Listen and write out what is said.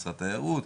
משרד התיירות,